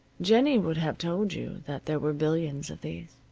jennie would have told you that there were billions of these.